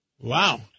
Wow